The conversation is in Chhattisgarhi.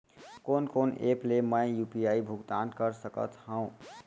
कोन कोन एप ले मैं यू.पी.आई भुगतान कर सकत हओं?